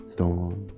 Storm